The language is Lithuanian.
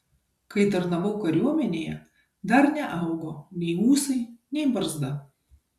kai tarnavau kariuomenėje dar neaugo nei ūsai nei barzda